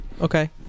Okay